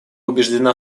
убеждена